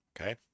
Okay